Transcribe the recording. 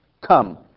come